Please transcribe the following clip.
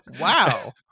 Wow